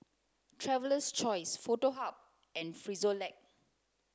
traveler's Choice Foto Hub and Frisolac